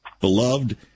Beloved